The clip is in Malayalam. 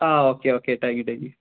ആ ഓക്കെ ഓക്കെ താങ്ക്യു താങ്ക്യു